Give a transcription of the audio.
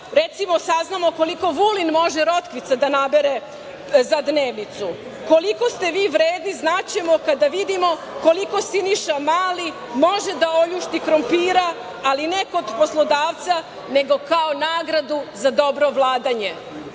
recimo, saznamo koliko Vulin može rotkvica da nabere za dnevnicu. Koliko ste vi vredni znaćemo kada vidimo koliko Siniša Mali može da oljušti krompira, ali ne kod poslodavca, nego kao nagradu za dobro